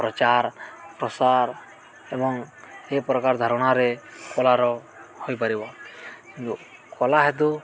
ପ୍ରଚାର ପ୍ରସାର ଏବଂ ଏ ପ୍ରକାର ଧାରଣାରେ କଳାର ହୋଇପାରିବ କଳା ହେତୁ